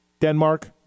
Denmark